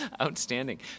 Outstanding